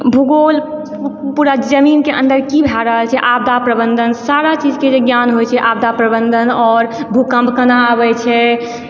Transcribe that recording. भूगोल पू पूरा जमीनके अन्दर की भए रहल छै आपदा प्रबन्धन सारा चीजके जे ज्ञान होइ छै आपदा प्रबन्धन आओर भूकम्प केना अबय छै